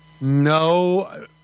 No